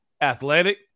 athletic